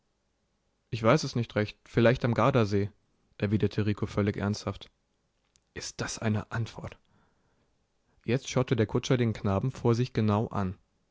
ich weiß es nicht recht vielleicht am gardasee erwiderte rico völlig ernsthaft ist das eine antwort jetzt schaute der kutscher den knaben vor sich genau an